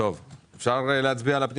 אפשר לעבור להצבעה?